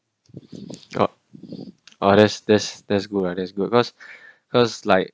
ah that's that's that's good lah that's good cause cause like